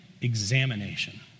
examination